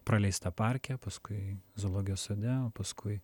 praleista parke paskui zoologijos sode paskui